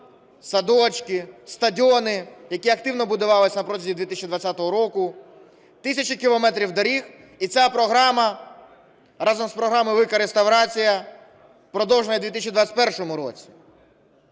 садочки, стадіони, які активно будувались протягом 2020 року, тисячі кілометрів доріг. І ця програма разом з програмою "Велика реставрація" продовжена і в 2021 році.